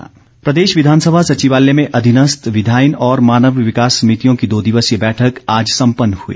बैठक प्रदेश विधानसभा सचिवालय में अधिनस्थ विधायन और मानव विकास समितियों की दो दिवसीय बैठक आज सम्पन्न हुई